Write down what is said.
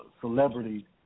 celebrity